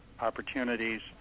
opportunities